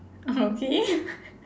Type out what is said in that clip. okay